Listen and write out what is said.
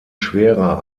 schwerer